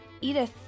Edith